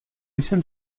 jsem